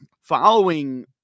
following